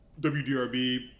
wdrb